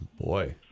Boy